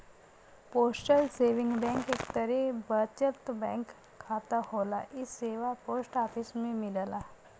postal saving bank एक तरे बचत बैंक खाता होला इ सेवा पोस्ट ऑफिस में मिलला